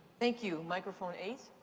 thank you, microphone eight.